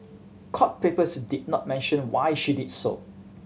court papers did not mention why she did so